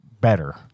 better